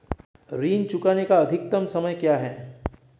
ऋण चुकाने का अधिकतम समय क्या है?